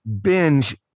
binge